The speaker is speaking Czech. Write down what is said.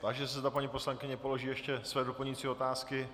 Táži se, zda paní poslankyně položí ještě své doplňující otázky.